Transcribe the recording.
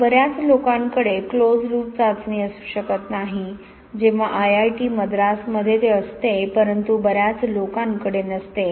आता बऱ्याच लोकांकडे क्लोज लूप चाचणी असू शकत नाही जेव्हा IIT मद्रासमध्ये ते असते परंतु बर्याच लोकांकडे नसते